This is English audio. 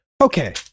okay